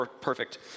perfect